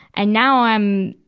and now i'm,